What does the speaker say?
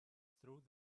through